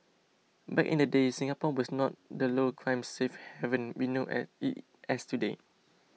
back in the day Singapore was not the low crime safe haven we know at it as today